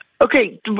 Okay